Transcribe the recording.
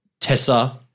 Tessa